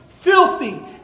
filthy